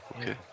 okay